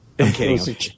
Okay